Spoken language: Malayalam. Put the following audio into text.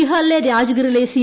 ബീഹാറിലെ രാജ്ഗിറിലെ സി